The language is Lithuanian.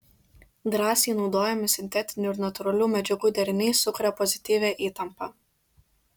drąsiai naudojami sintetinių ir natūralių medžiagų deriniai sukuria pozityvią įtampą